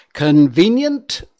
Convenient